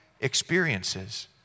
experiences